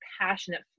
passionate